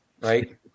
right